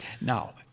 now